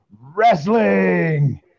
Wrestling